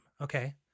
okay